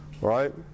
Right